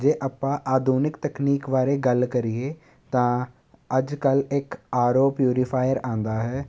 ਜੇ ਆਪਾਂ ਆਧੁਨਿਕ ਤਕਨੀਕ ਬਾਰੇ ਗੱਲ ਕਰੀਏ ਤਾਂ ਅੱਜ ਕੱਲ੍ਹ ਇੱਕ ਆਰ ਓ ਪਿਊਰੀਫਾਇਰ ਆਉਂਦਾ ਹੈ